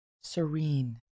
Serene